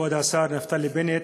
כבוד השר נפתלי בנט,